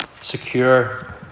secure